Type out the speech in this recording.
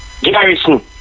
Garrison